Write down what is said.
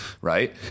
right